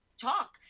talk